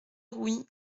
rouit